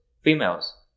Females